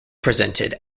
presented